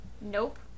Nope